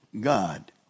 God